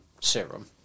serum